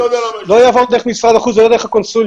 לא יעבור דרך משרד החוץ ולא דרך הקונסוליות.